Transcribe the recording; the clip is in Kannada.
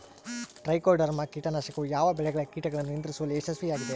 ಟ್ರೈಕೋಡರ್ಮಾ ಕೇಟನಾಶಕವು ಯಾವ ಬೆಳೆಗಳ ಕೇಟಗಳನ್ನು ನಿಯಂತ್ರಿಸುವಲ್ಲಿ ಯಶಸ್ವಿಯಾಗಿದೆ?